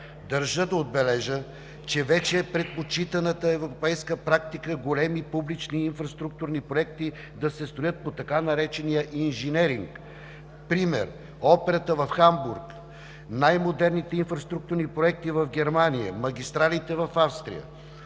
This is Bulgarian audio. Държа да отбележа, че предпочитана европейска практика е големи публични инфраструктурни проекти да се строят по така наречения инженеринг – пример: операта в Хамбург, най модерните инфраструктурни проекти в Германия, магистралите в Австрия.